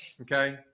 Okay